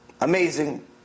amazing